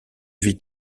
vie